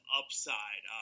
upside